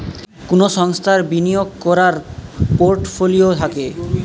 কুনো সংস্থার বিনিয়োগ কোরার পোর্টফোলিও থাকে